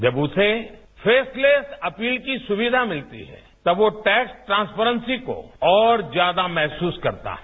जब उसे faceless appeal की सुविधा मिलती है तब वो टैक्स ट्रांस्पेरेंसी को और ज्यादा महसूस करता है